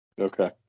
Okay